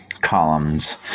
Columns